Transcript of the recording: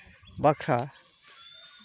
ᱵᱟᱠᱷᱨᱟ